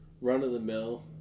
run-of-the-mill